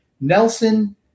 Nelson